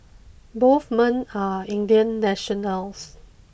both men are Indian nationals